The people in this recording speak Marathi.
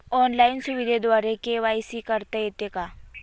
ऑनलाईन सुविधेद्वारे के.वाय.सी करता येते का?